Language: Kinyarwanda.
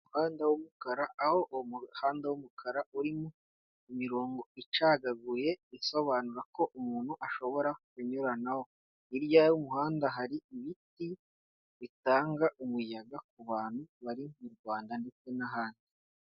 Umuhanda w'umukara, aho umuhanda w'umukara urimo imirongo icagaguye isobanura ko umuntu ashobora kunyuranaho, hirya y'umuhanda hari ibiti bitanga umuyaga ku bantu bari mu Rwanda ndetse n'ahandi.